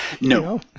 No